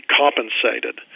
compensated